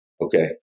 okay